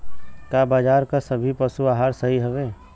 का बाजार क सभी पशु आहार सही हवें?